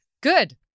Good